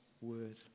word